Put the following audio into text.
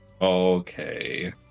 Okay